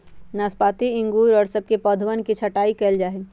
नाशपाती अंगूर और सब के पौधवन के छटाई कइल जाहई